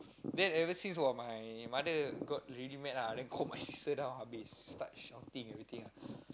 then ever since while my mother got really mad ah then call my sister down habis start shouting everything